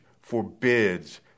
forbids